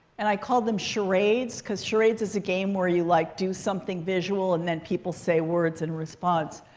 and i called them charades. because charades is a game where you like do something visual and, then, people say words in response.